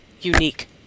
unique